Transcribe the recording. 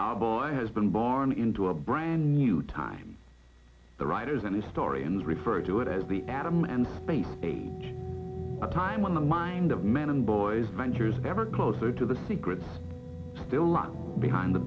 our boy has been born into a brand new time the writers and historians refer to it as the adam and space age a time when the mind of man and boys ventures ever closer to the secrets still locked behind the